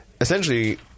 essentially